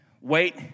Wait